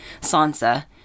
Sansa